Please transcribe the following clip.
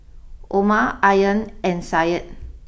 Omar Aryan and Said